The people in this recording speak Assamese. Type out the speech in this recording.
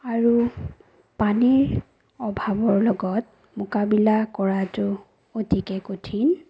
আৰু পানীৰ অভাৱৰ লগত মোকাবিলা কৰাতো অতিকৈ কঠিন